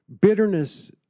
bitterness